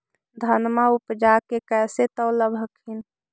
धनमा उपजाके कैसे तौलब हखिन?